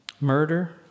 murder